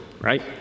right